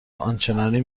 آنچنانی